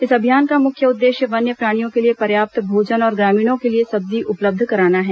इस अभियान का मुख्य उद्देश्य वन्य प्राणियों के लिए पर्याप्त भोजन और ग्रामीणों के लिए सब्जी उपलब्ध कराना है